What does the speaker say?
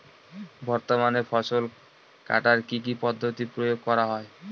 বর্তমানে ফসল কাটার কি কি পদ্ধতি প্রয়োগ করা হয়?